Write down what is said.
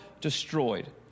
destroyed